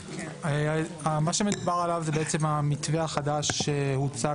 מה שמדובר עליו זה בעצם המתווה החדש שהוצג